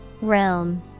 realm